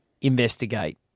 investigate